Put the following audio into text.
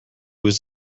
was